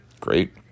great